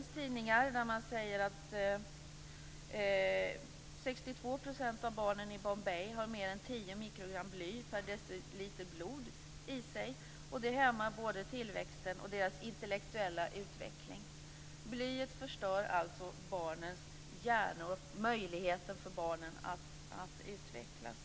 62 % av barnen i Bombay har mer än 10 mg bly per deciliter blod i sig, och det hämmar både tillväxten och barnens intellektuella utveckling. Blyet förstör alltså barnens hjärnor och möjligheten för barnen att utvecklas.